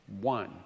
One